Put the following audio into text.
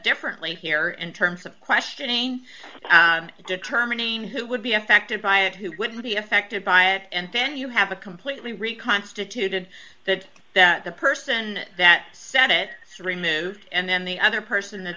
differently here in terms of questioning determining who would be affected by it who would be affected by it and then you have a completely reconstituted that that the person that sent it removed and then the other